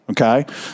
Okay